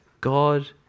God